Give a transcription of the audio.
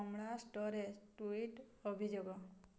କମ୍ଲା storage tweet ଅଭିଯୋଗ